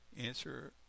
answer